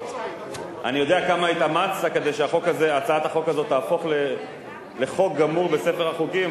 אני יודע כמה התאמצת כדי שהצעת החוק הזאת תהפוך לחוק גמור בספר החוקים,